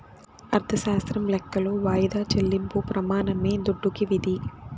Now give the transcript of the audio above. అర్ధశాస్త్రం లెక్కలో వాయిదా చెల్లింపు ప్రెమానమే దుడ్డుకి విధి